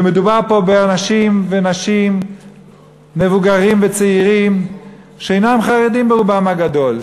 ומדובר פה באנשים ונשים מבוגרים וצעירים שאינם חרדים ברובם הגדול,